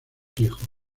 hijos